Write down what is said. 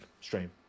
stream